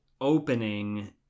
opening